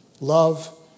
love